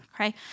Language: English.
okay